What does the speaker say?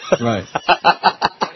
Right